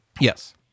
Yes